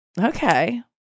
Okay